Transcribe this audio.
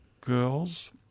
girls